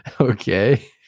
Okay